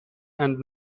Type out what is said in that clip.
and